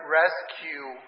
rescue